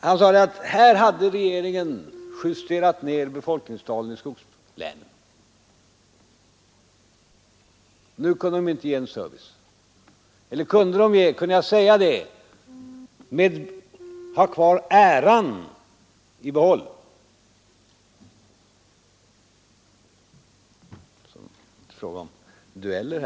Han sade att regeringen hade justerat ned befolkningstalen i skogslänen; nu kunde de inte ge service. Eller kunde jag med äran i behåll hävda det?